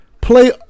Play